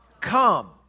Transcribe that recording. Come